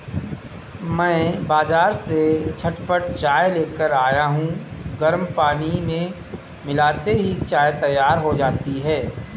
मैं बाजार से झटपट चाय लेकर आया हूं गर्म पानी में मिलाते ही चाय तैयार हो जाती है